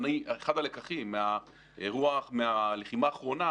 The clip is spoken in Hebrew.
אחד הלקחים מהלחימה האחרונה,